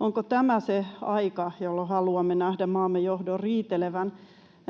Onko tämä se aika, jolloin haluamme nähdä maamme johdon riitelevän